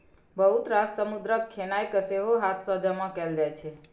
बहुत रास समुद्रक खेनाइ केँ सेहो हाथ सँ जमा कएल जाइ छै